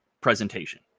presentation